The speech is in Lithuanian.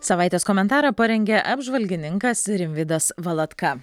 savaitės komentarą parengė apžvalgininkas rimvydas valatka